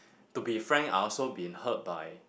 to be frank I also been hurt by